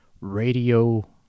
radio